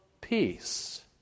Peace